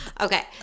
Okay